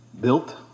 Built